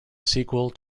sequel